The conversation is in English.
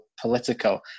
political